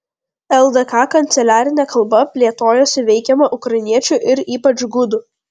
ldk kanceliarinė kalba plėtojosi veikiama ukrainiečių ir ypač gudų